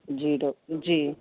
جی doctor جی